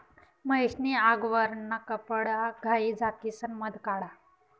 महेश नी आगवरना कपडाघाई झाकिसन मध काढा